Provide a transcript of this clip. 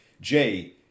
Jay